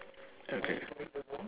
okay